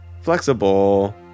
Flexible